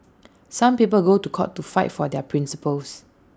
some people go to court to fight for their principles